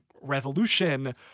revolution